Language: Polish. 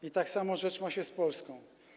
I tak samo rzecz ma się z Polską.